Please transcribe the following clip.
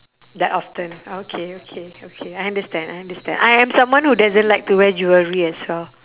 that often ah okay okay okay I understand I understand I am someone who doesn't like to wear jewellery as well